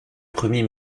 premier